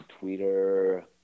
Twitter